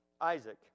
Isaac